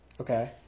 Okay